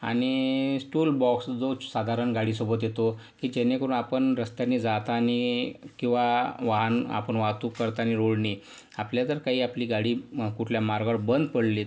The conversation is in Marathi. आणि टूल बॉक्स जो साधारण गाडीसोबत येतो की जेणेकरून आपण रस्त्यानी जाताना किंवा वाहन आपण वाहतूक करताना रोडनी आपल्या जर काही आपली गाडी कुठल्या मार्गावर बंद पडली